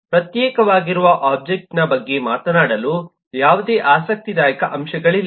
ಪ್ರತ್ಯೇಕವಾಗಿರುವ ಒಬ್ಜೆಕ್ಟ್ನ ಬಗ್ಗೆ ಮಾತನಾಡಲು ಯಾವುದೇ ಆಸಕ್ತಿದಾಯಕ ಅಂಶಗಳಿಲ್ಲ